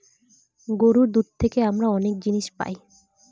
গরুর দুধ থেকে আমরা অনেক জিনিস পায়